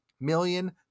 million